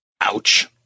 Ouch